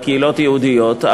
לקהילות היהודיות,